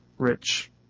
Rich